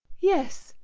yes,